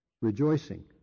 rejoicing